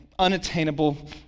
unattainable